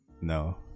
no